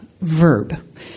verb